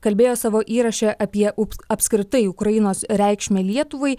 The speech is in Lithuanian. kalbėjo savo įraše apie ups apskritai ukrainos reikšmę lietuvai